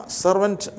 servant